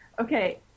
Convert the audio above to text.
Okay